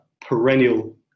perennial